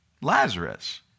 Lazarus